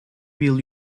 will